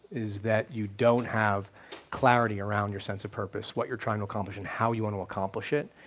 is that you don't have clarity around your sense of purpose, what you're trying to accomplish and how you want to accomplish it,